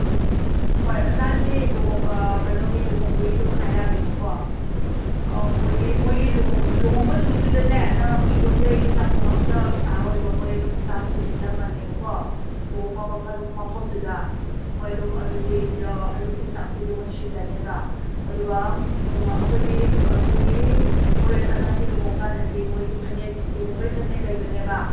ꯎꯝ ꯍꯣꯏ ꯅꯍꯥꯟꯒꯤ ꯂꯨꯍꯣꯡ ꯀꯩꯅꯣꯒꯤ ꯂꯨꯍꯣꯡꯕꯒꯤꯗꯨꯃ ꯍꯥꯏꯔꯛꯑꯒꯦꯕꯀꯣ ꯃꯣꯏꯒꯤ ꯃꯣꯏꯒꯤ ꯂꯨꯍꯣꯡ ꯂꯨꯍꯣꯡꯕ ꯅꯨꯃꯤꯠꯇꯨꯗꯅꯦ ꯅꯪ ꯌꯨꯝꯗꯩ ꯆꯥꯛꯀꯨꯝꯕ ꯑꯝꯇ ꯆꯥꯔꯣꯏꯕ ꯃꯣꯏ ꯑꯗꯨꯝ ꯆꯥꯛꯇꯣ ꯁꯤꯜꯂꯝꯃꯅꯦꯕꯀꯣ ꯂꯨꯍꯣꯡꯕ ꯃꯐꯝ ꯃꯐꯝꯗꯨꯗ ꯍꯣꯏ ꯑꯗꯨꯝ ꯑꯗꯨꯗꯤ ꯑꯌꯨꯛꯀꯤ ꯆꯥꯛꯇꯨꯗꯤ ꯃꯣꯏ ꯁꯤꯜꯂꯅꯦꯕ ꯑꯗꯨꯒ ꯑꯩꯈꯣꯏꯗꯤ ꯑꯗꯨꯒꯤ ꯃꯣꯏ ꯅꯪꯒꯤ ꯂꯨꯍꯣꯡꯀꯥꯟꯗꯗꯤ ꯃꯣꯏꯒꯤ ꯐꯅꯦꯛ ꯂꯨꯍꯣꯡꯕꯩ ꯐꯅꯦꯛ ꯂꯩꯕꯅꯦꯕ